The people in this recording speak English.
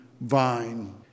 vine